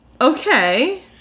Okay